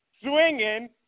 swinging